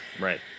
Right